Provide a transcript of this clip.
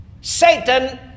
Satan